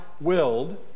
willed